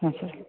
ಹಾಂ ಸರ್